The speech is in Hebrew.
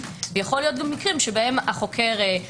לא מתאימה לשלב של החקירה.